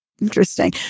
Interesting